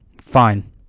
fine